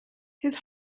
his